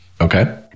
Okay